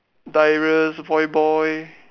darius voyboy